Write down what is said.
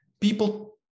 people